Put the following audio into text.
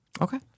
Okay